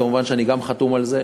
וכמובן גם אני חתום על זה,